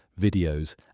videos